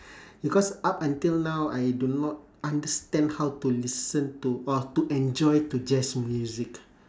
because up until now I do not understand how to listen to or to enjoy to jazz music